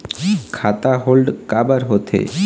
खाता होल्ड काबर होथे?